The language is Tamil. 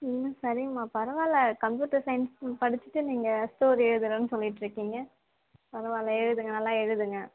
ம் சரிங்கமா பரவாயில்ல கம்ப்யூட்டர் சைன்ஸ் படிச்சிகிட்டு நீங்கள் ஸ்டோரி எழுதுறன்னு சொல்லிட்டுருக்கீங்க பரவாயில்ல எழுதுங்க நல்லா எழுதுங்க